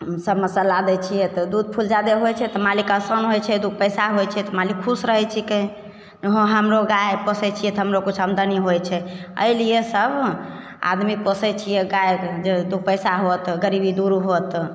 सब मसल्ला दै छिए तऽ दूध फूल जादे होइ छै तऽ मालिकके आसान होइ छै दुइ पइसा होइ छै तऽ मालिक खुश रहै छिकै हँ हमरो गाइ पोसै छिए तऽ हमरो किछु आमदनी होइ छै एहिलिए सब आदमी पोसै छिए गाइके जे दुइ पइसा होत गरीबी दूर होत